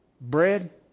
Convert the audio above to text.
bread